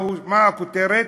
מה הכותרת?